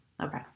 okay